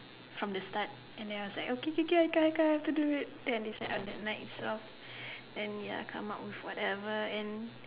from the start and then I was like okay okay I did it on the night itself and ya came up with whatever ya